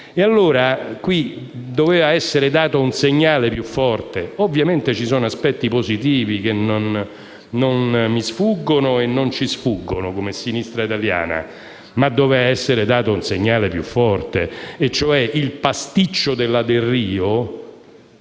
Allora, qui doveva essere dato un segnale più forte. Ovviamente ci sono aspetti positivi che non ci sfuggono, come Sinistra Italiana, ma doveva essere dato un segnale più forte e, cioè, il pasticcio della legge